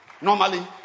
Normally